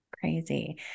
Crazy